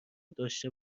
داشته